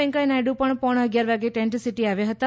વેંકૈયા નાયડુ પણ પોણા અગિયાર વાગે ટેન્ટસિટી આવ્યા હતા